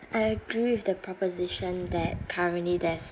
I agree with the proposition that currently there's